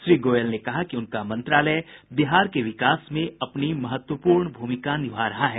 श्री गोयल ने कहा कि उनका मंत्रालय बिहार के विकास में अपनी महत्वपूर्ण भूमिका निभा रहा है